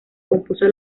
compuso